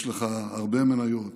יש לך הרבה מניות